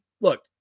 look